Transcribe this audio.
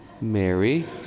Mary